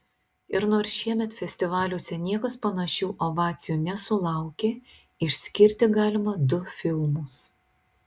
ir nors šiemet festivaliuose niekas panašių ovacijų nesulaukė išskirti galima du filmus